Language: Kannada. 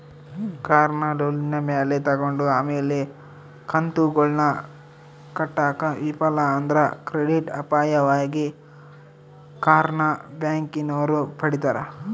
ಕಾರ್ನ ಲೋನಿನ ಮ್ಯಾಲೆ ತಗಂಡು ಆಮೇಲೆ ಕಂತುಗುಳ್ನ ಕಟ್ಟಾಕ ವಿಫಲ ಆದ್ರ ಕ್ರೆಡಿಟ್ ಅಪಾಯವಾಗಿ ಕಾರ್ನ ಬ್ಯಾಂಕಿನೋರು ಪಡೀತಾರ